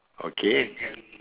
okay